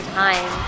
time